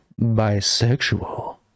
bisexual